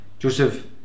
Joseph